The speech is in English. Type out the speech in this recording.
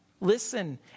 Listen